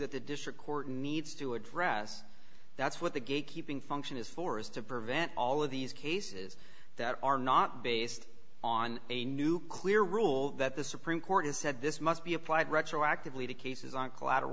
that the district court needs to address that's what the gatekeeping function is for is to prevent all of these cases that are not based on a new clear rule that the supreme court has said this must be applied retroactively to cases on collateral